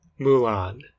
Mulan